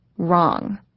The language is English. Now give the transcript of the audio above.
Wrong